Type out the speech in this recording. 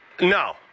No